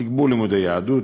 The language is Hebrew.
תגבור לימודי יהדות,